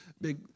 big